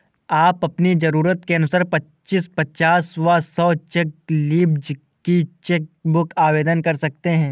आप अपनी जरूरत के अनुसार पच्चीस, पचास व सौ चेक लीव्ज की चेक बुक आवेदन कर सकते हैं